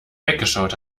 weggeschaut